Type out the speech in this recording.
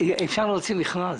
אפשר להוציא מכרז,